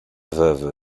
veuve